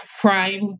crime